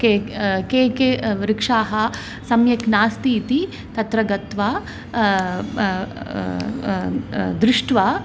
cake के के वृक्षाः सम्यक् नास्ति इति तत्र गत्वा दृष्ट्वा